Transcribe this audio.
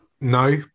No